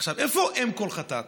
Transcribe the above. עכשיו, איפה אם כל חטאת?